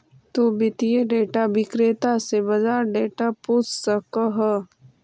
तु वित्तीय डेटा विक्रेता से बाजार डेटा पूछ सकऽ हऽ